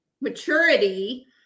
maturity